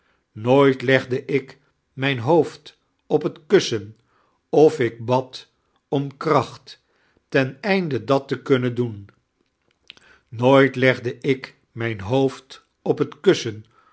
nooiit legde ik mijn hoofd op het kus'sen of ik bad om kracht ten einde dat te kunniein doen nooit legde ik mijn hoofd op het kuisisien